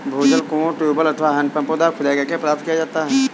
भूजल कुओं, ट्यूबवैल अथवा हैंडपम्पों द्वारा खुदाई करके प्राप्त किया जाता है